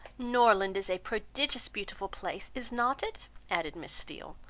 norland is a prodigious beautiful place, is not it? added miss steele.